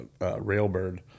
Railbird